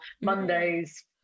Mondays